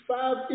five